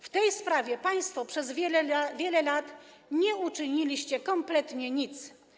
W tej sprawie państwo przez wiele lat nie uczyniliście kompletnie nic.